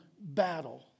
battle